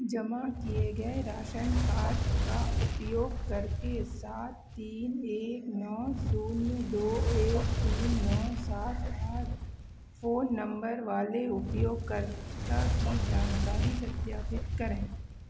जमा किए गए राशन कार्ड का उपयोग करके सात तीन एक नौ शून्य दो एक तीन नौ सात आठ फ़ोन नम्बर वाले उपयोगकर्ता की जानकारी सत्यापित करें